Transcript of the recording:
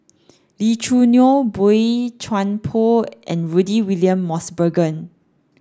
Lee Choo Neo Boey Chuan Poh and Rudy William Mosbergen